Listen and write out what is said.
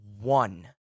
one